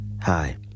Hi